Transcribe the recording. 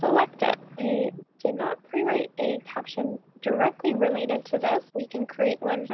select it. i did not pre-write a caption directly related to this. we can create one.